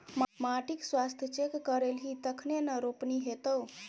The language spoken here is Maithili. माटिक स्वास्थ्य चेक करेलही तखने न रोपनी हेतौ